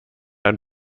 ein